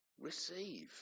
Receive